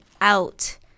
out